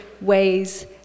ways